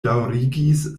daŭrigis